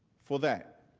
for that.